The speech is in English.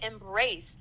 embrace